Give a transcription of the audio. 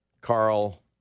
Carl